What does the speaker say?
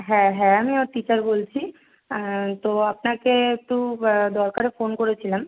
হ্যাঁ হ্যাঁ আমি ওর টিচার বলছি তো আপনাকে একটু দরকারে ফোন করেছিলাম